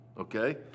okay